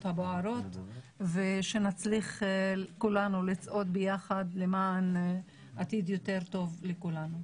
הבוערות ושנצליח כולנו לצעוד ביחד למען עתיד יותר טוב לכולנו.